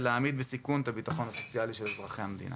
ולהעמיד בסיכון את הביטחון הסוציאלי של אזרחי המדינה.